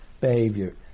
Behavior